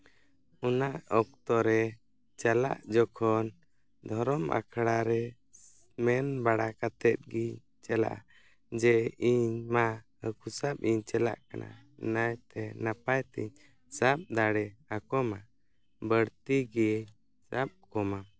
ᱚᱱᱟ ᱚᱠᱛᱚ ᱨᱮ ᱪᱟᱞᱟᱜ ᱡᱚᱠᱷᱚᱱ ᱫᱷᱚᱨᱚᱢ ᱟᱠᱷᱲᱟ ᱨᱮ ᱢᱮᱱ ᱵᱟᱲᱟ ᱠᱟᱛᱮᱫ ᱜᱮᱧ ᱪᱟᱞᱟᱜᱼᱟ ᱡᱮ ᱤᱧ ᱢᱟ ᱦᱟᱹᱠᱩ ᱥᱟᱵ ᱤᱧ ᱪᱟᱞᱟᱜ ᱠᱟᱱᱟ ᱱᱟᱭᱛᱮ ᱱᱟᱯᱟᱭᱛᱮᱧ ᱥᱟᱵ ᱫᱟᱲᱮ ᱟᱠᱚᱢᱟ ᱵᱟᱹᱲᱛᱤ ᱜᱮᱧ ᱥᱟᱵ ᱠᱚᱢᱟ